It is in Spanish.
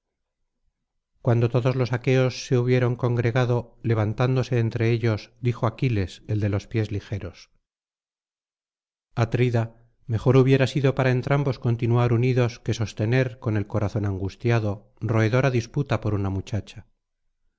cuando todos los aqueos se hubieron congregado levantándose entre ellos dijo aquiles el de los pies ligeros atrida mejor hubiera sido para entrambos continuar unidos que sostener con el corazón angustiado roedora disputa por una muchacha